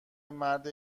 مرد